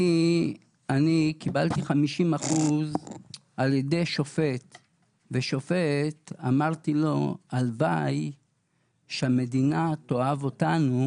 אני קיבלתי 50% על ידי שופט ואמרתי לשופט: הלוואי שהמדינה תאהב אותנו